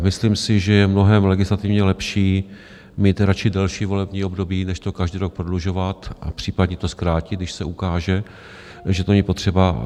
Myslím si, že je mnohem legislativně lepší mít radši delší volební období než to každý rok prodlužovat, a případně to zkrátit, když se ukáže, že to není potřeba.